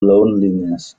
loneliness